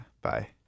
Bye